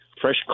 fresh